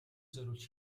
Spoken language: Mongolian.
зориулж